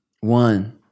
one